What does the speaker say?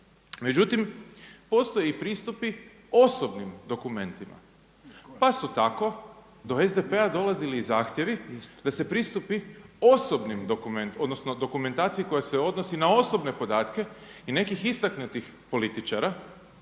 Međutim, postoje pristupi osobnim dokumentima, pa su tako do SDP-a dolazili zahtjevi da se pristupi osobnim, odnosno, dokumentaciji koja se odnosi na osobne podatke i nekih istaknutih političara